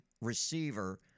receiver